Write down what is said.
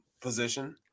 position